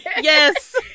yes